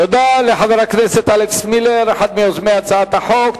תודה לחבר הכנסת אלכס מילר, אחד מיוזמי הצעת החוק.